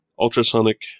ultrasonic